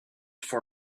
for